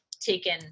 taken